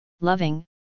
loving